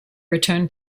return